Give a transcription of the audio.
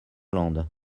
hollande